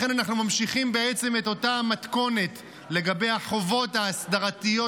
לכן אנחנו ממשיכים בעצם את אותה המתכונת לגבי החובות ההסדרתיות